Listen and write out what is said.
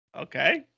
Okay